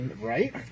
Right